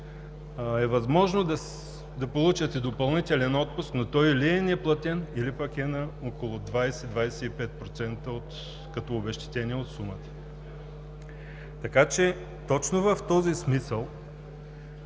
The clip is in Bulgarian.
е възможно да получат и допълнителен отпуск, но той или е неплатен, или пък е на около 20 – 25% като обезщетение от сумата. Точно в този смисъл